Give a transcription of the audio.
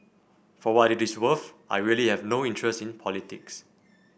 for what it is worth I really have no interest in politics